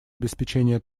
обеспечения